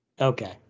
Okay